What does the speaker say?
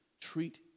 treat